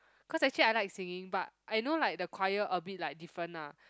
cause actually I like singing but I know like the choir a bit like different lah